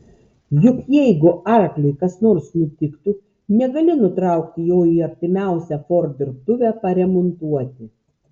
juk jeigu arkliui kas nors nutiktų negali nutraukti jo į artimiausią ford dirbtuvę paremontuoti